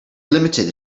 limited